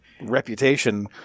reputation